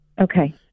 okay